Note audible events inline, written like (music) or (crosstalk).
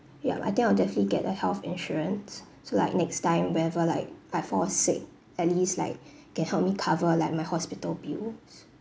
yup I think I'll definitely get a health insurance so like next time whenever like I fall sick at least like (breath) can help me cover like my hospital bills